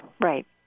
right